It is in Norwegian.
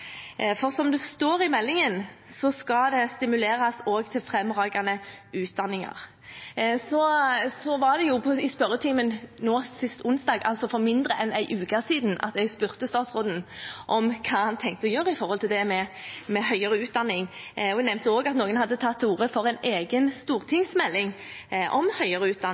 for, som det står i meldingen, det skal også stimuleres til fremragende utdanninger. I spørretimen sist onsdag, for mindre enn en uke siden, spurte jeg statsråden om hva han tenkte å gjøre i forhold til det med høyere utdanning. Jeg nevnte også at noen hadde tatt til orde for en egen stortingsmelding om høyere